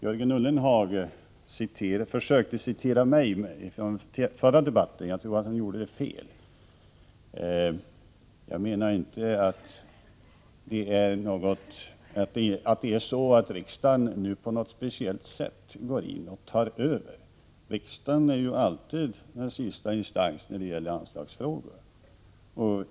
Jörgen Ullenhag försökte citera mig från den förra debatten. Jag tror att han gjorde det felaktigt. Jag menade inte att det är så att riksdagen nu på något speciellt sätt går in och tar över. Riksdagen är ju alltid sista instans när det gäller anslagsfrågor.